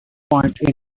point